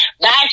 Back